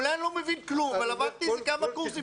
אולי אני לא מבין כלום אבל עברתי כמה קורסים.